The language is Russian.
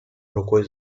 рукой